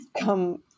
come